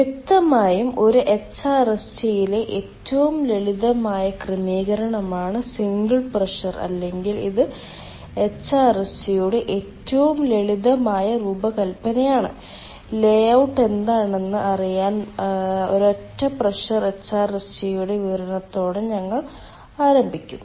വ്യക്തമായും ഒരു എച്ച്ആർഎസ്ജിയിലെ ഏറ്റവും ലളിതമായ ക്രമീകരണമാണ് സിംഗിൾ പ്രഷർ അല്ലെങ്കിൽ ഇത് എച്ച്ആർഎസ്ജിയുടെ ഏറ്റവും ലളിതമായ രൂപകൽപ്പനയാണ് ലേഔട്ട് എന്താണെന്ന് അറിയാൻ ഒരൊറ്റ പ്രഷർ എച്ച്ആർഎസ്ജിയുടെ വിവരണത്തോടെ ഞങ്ങൾ ആരംഭിക്കും